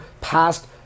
passed